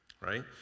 right